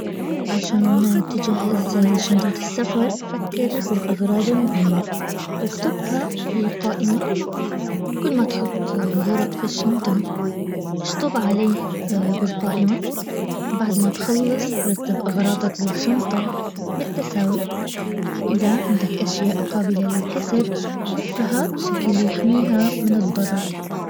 عشان تجهز شنطة السفر فكر بالاغراض المهمة. واكتبها في قائمة كل ما تحط غرض في الشنطة. اشطب عليه بالقائمة بعد ما تخلص رتب اغراضك بالشنطة بالتساوي. واذا عندك قابلة للكسر لفها بشكل يحميها من الضرر